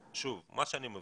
מה שאני מבין,